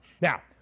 now